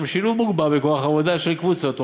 שילוב מוגבר בכוח העבודה של קבוצות אוכלוסייה,